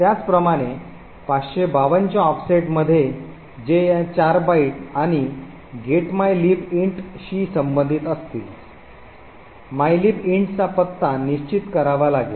त्याचप्रमाणे 552 च्या ऑफसेटमध्ये जे या ४ बाइट आणि getmylib int शी संबंधित असतील mylib int चा पत्ता निश्चित करावा लागेल